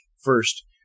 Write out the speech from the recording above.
first